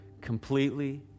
completely